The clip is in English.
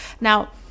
Now